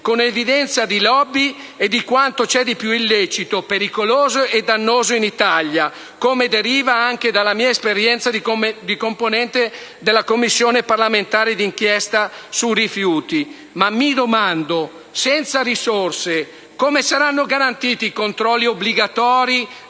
con evidenza di *lobby* e di quanto c'è di più illecito, pericoloso e dannoso in Italia, come deriva anche dalla mia esperienza di componente della Commissione parlamentare d'inchiesta sui rifiuti. Mi domando, però, come saranno garantiti i controlli obbligatori